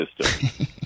system